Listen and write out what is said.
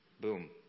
Boom